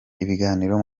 ibiganiro